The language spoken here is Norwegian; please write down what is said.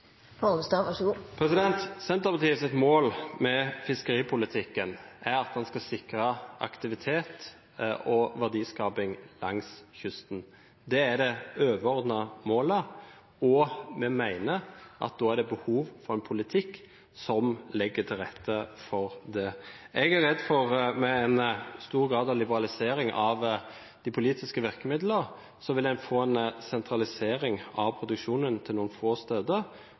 mål med fiskeripolitikken er at den skal sikre aktivitet og verdiskaping langs kysten. Det er det overordnede målet. Vi mener at det da er behov for en politikk som legger til rette for det. Jeg er redd for at en med en stor grad av liberalisering av de politiske virkemidlene vil få en sentralisering av produksjonen noen få steder,